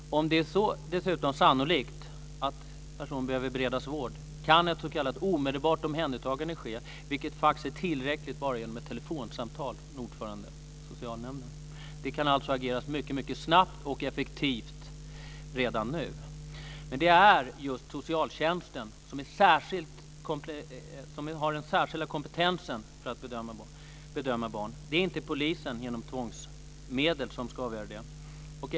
Om det dessutom är sannolikt att personen behöver beredas vård kan ett s.k. omedelbart omhändertagande ske, vilket faktiskt är tillräckligt bara genom ett telefonsamtal från ordförande i socialnämnden. Det kan alltså ageras mycket snabbt och effektivt redan nu. Men det är just socialtjänsten som har den särskilda kompetensen för att bedöma barn. Det är inte polisen som genom tvångsmedel ska avgöra detta.